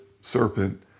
serpent